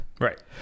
Right